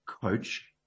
coach